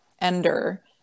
Ender